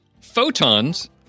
Photons